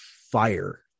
fire